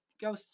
Go